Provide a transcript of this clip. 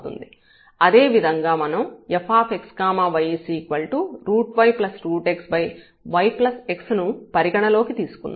అదే విధంగా మనం fx y yxyXను పరిగణలోకి తీసుకుందాం